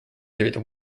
through